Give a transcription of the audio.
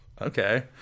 okay